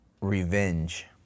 revenge